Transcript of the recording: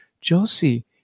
Josie